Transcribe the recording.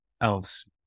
else